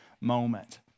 moment